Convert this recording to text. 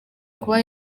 kuba